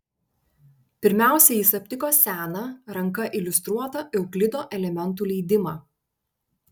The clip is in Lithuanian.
pirmiausia jis aptiko seną ranka iliustruotą euklido elementų leidimą